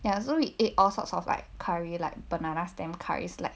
ya so we ate all sorts of like curry like banana stem curries like